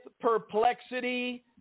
perplexity